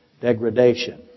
degradation